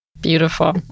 Beautiful